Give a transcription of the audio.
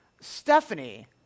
Stephanie